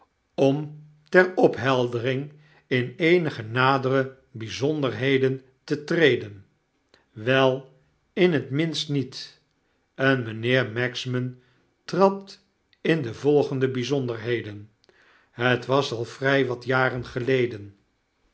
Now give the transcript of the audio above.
om ter opheldering in eenige nadere byzonderheden te treden wel in het minst niet en mynheer magsman trad in de volgende byzonderheden het was al vrij wat jaren geleden